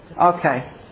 Okay